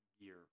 gear